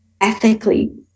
ethically